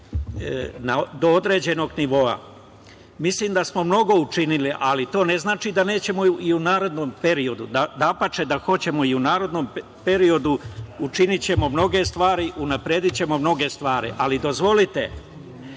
do određenog nivoa. Mislim da smo mnogo učinili, ali to ne znači da nećemo i u narednom periodu. Dapače, da hoćemo i u narednom periodu, učinićemo mnoge stvari, unapredićemo mnoge stvar. Dozvolite,